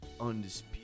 Undisputed